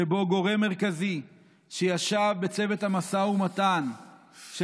שבו גורם מרכזי שישב בצוות המשא ומתן של